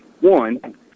one